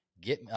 Get